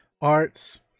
arts